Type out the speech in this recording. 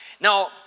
Now